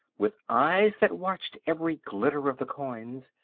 with eyes that watched every glitter of the coins,